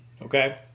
Okay